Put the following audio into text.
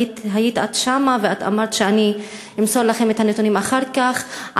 היית שם ואמרת: אני אמסור לכם אחר כך את הנתונים